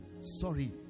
sorry